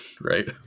right